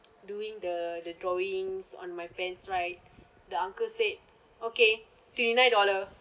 doing the the drawings on my pants right the uncle said okay twenty nine dollar